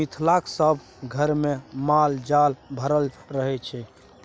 मिथिलाक सभ घरमे माल जाल भरल रहय छै